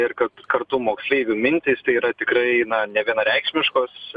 ir kad kartu moksleivių mintys tai yra tikrai na nevienareikšmiškos